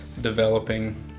developing